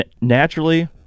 naturally